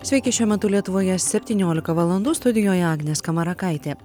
sveiki šiuo metu lietuvoje septyniolika valandų studijoje agnė skamarakaitė